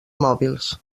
mòbils